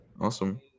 Awesome